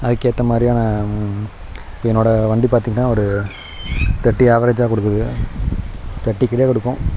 அதுக்கேற்ற மாதிரியான என்னோட வண்டி பார்த்தீங்கனா ஒரு தேர்டி ஆவரேஜாக கொடுக்குது தேர்டிக்கு கீழே கொடுக்கும்